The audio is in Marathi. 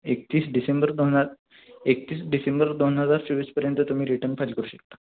एकतीस डिसेंबर दोन हजार एकतीस डिसेंबर दोन हजार चोवीसपर्यंत तुम्ही रिटर्न फायल करू शकता